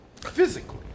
physically